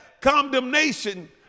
condemnation